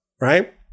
right